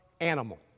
animal